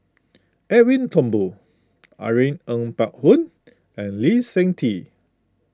Edwin Thumboo Irene Ng Phek Hoong and Lee Seng Tee